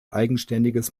eigenständiges